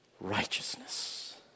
righteousness